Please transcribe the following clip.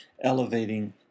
elevating